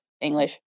English